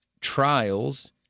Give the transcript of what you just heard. trials